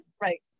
Right